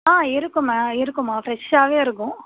ஆ இருக்கும்மா இருக்கும்மா ஃப்ரெஷ்ஷாகவே இருக்கும்